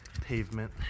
pavement